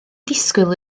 disgwyl